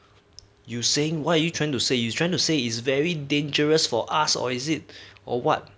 you saying why you trying to say you trying to say is very dangerous for us or is it or what